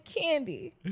Candy